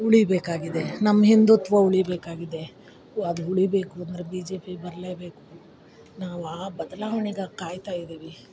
ಉಳಿಬೇಕಾಗಿದೆ ನಮ್ಮ ಹಿಂದುತ್ವ ಉಳಿಬೇಕಾಗಿದೆ ಅದು ಉಳಿಬೇಕು ಅಂದರೆ ಬಿ ಜೆ ಪಿ ಬರಲೆ ಬೇಕು ನಾವು ಆ ಬದಲಾವಣೆಗಾಗ್ ಕಾಯ್ತಾಯಿದೀವಿ